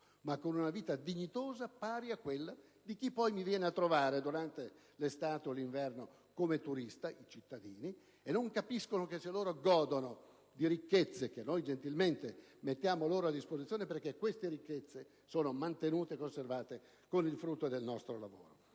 ma con una vita dignitosa pari a quella di chi poi viene durante l'estate o l'inverno come turista, ossia i cittadini, i quali non capiscono che se loro godono di ricchezze che noi gentilmente mettiamo loro a disposizione, è perché queste ricchezze sono mantenute e conservate con il frutto del nostro lavoro.